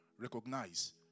recognize